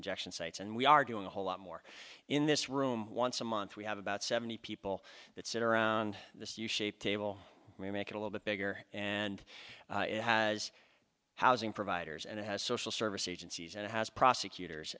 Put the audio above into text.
injection sites and we are doing a whole lot more in this room once a month we have about seventy people that sit around this u shaped table we make it a little bit bigger and it has housing providers and it has social service agencies and it has prosecutors